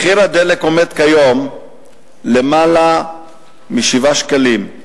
מחיר הדלק עומד כיום על יותר מ-7 שקלים,